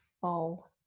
full